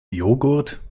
joghurt